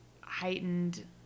heightened